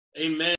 Amen